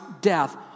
death